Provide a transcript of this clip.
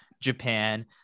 Japan